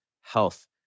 health